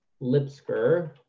Lipsker